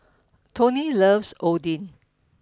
Tony loves Oden